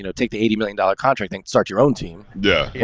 you know take the eighty million dollars contracting. start your own team. yeah yeah